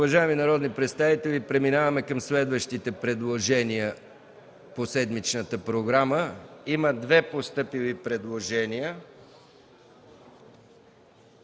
Уважаеми народни представители, преминаваме към следващите предложения по седмичната програма. Има две постъпили предложения